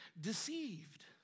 deceived